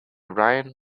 ryan